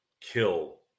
kill